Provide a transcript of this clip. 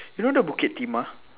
you know the bukit timah